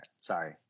sorry